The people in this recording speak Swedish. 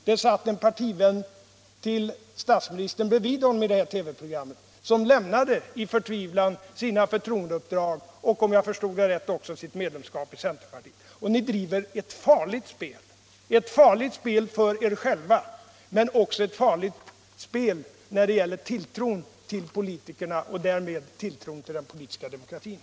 Det satt en partivän till statsministern bredvid honom i det här TV-programmet, som i sin förtvivlan — Särskilt tillstånd att lämnade sina förtroendeuppdrag och, om jag förstod det rätt, också sitt — tillföra kärnreakmedlemskap i centerpartiet. Ni driver ett farligt spel; farligt för er själva, — tor kärnbränsle, men också farligt när det gäller tilltron till politikerna och därmed tilltron — m.m. till den politiska demokratin.